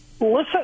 listen